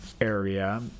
area